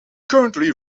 currently